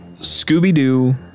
Scooby-Doo